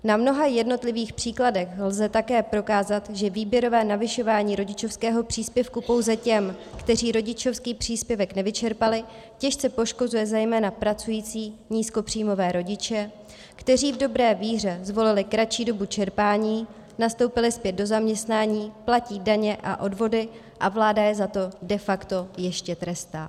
Na mnoha jednotlivých příkladech lze také prokázat, že výběrové navyšování rodičovského příspěvku pouze těm, kteří rodičovský příspěvek nevyčerpali, těžce poškozuje zejména pracující nízkopříjmové rodiče, kteří v dobré víře zvolili kratší dobu čerpání, nastoupili zpět do zaměstnání, platí daně a odvody a vláda je za to de facto ještě trestá.